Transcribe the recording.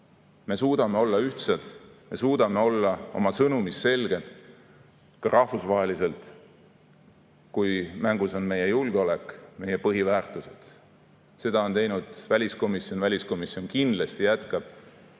Me suudame olla ühtsed, me suudame olla oma sõnumis selged, ka rahvusvaheliselt, kui mängus on meie julgeolek, meie põhiväärtused. Seda on teinud ka väliskomisjon. Väliskomisjon kindlasti jätkab